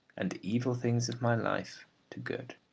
and the evil things of my life to good.